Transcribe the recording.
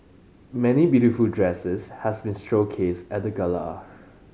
many beautiful dresses has been showcased at the gala